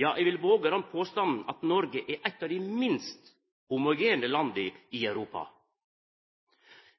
Ja, eg vil våga den påstanden at Noreg er eit av dei minst homogene landa i Europa.